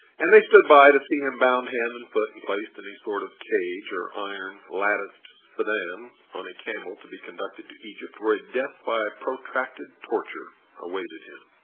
and stood by to see him bound hand and foot, and placed in a sort of cage or iron-latticed sedan, on a camel to be conducted to egypt, where a death by protracted torture awaited him.